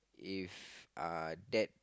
if uh that if